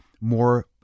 more